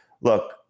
look